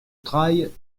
trailles